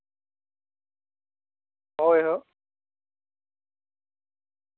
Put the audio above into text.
ᱦᱳᱭ